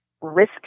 risk